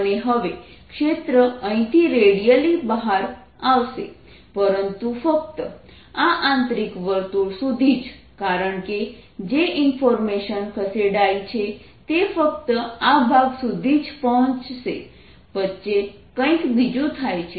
અને હવે ક્ષેત્ર અહીંથી રેડિયલી બહાર આવશે પરંતુ ફક્ત આ આંતરિક વર્તુળ સુધી જ કારણકે જે ઇન્ફોર્મેશન ખસેડાઇ છે તે ફક્ત આ ભાગ સુધી જ પહોંચે છે વચ્ચે કંઈક બીજું થાય છે